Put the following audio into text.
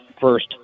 first